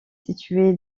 situé